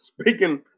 Speaking